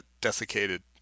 desiccated